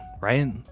right